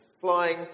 flying